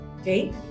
okay